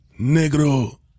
negro